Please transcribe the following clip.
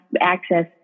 access